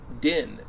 Din